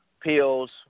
pills